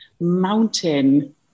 mountain